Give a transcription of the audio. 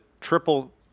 triple